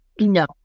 No